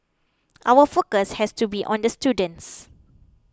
our focus has to be on the students